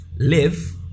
Live